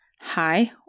hi